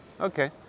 Okay